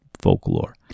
folklore